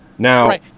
Now